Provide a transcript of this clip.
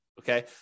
okay